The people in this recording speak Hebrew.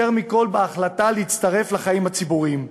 מכול בהחלטה להצטרף לחיים הציבוריים.